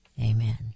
Amen